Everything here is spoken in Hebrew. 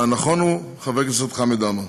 הנכון הוא: חבר הכנסת חמד עמאר.